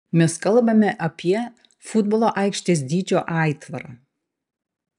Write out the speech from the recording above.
mes kalbame apie futbolo aikštės dydžio aitvarą